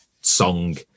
song